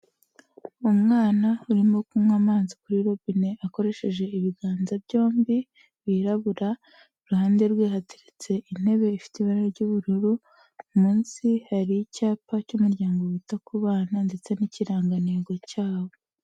Umwana urimo kunywa amazi kuri robine akoresheje ibiganza byombi wirabura, iruhande rwe hateretse intebe ifite ibara ry'ubururu, munsi hari icyapa cy'umuryango wita ku bana ndetse n'ikirangantego cyabo.